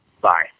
Bye